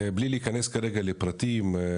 בלי להיכנס כרגע לפרטים,